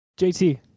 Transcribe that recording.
JT